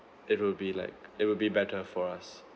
it will be like it will be better for us